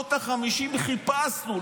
בשנות החמישים חיפשנו,